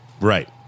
Right